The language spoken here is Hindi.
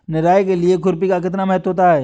निराई के लिए खुरपी का कितना महत्व होता है?